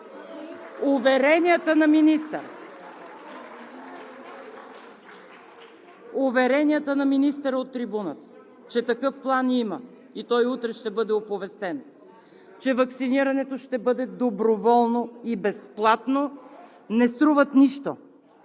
Уверенията на министъра от трибуната, че такъв план има и той утре ще бъде оповестен, че ваксинирането ще бъде доброволно и безплатно не струват нищо,